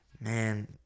man